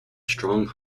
strong